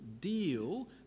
deal